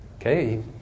Okay